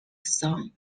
song